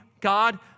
God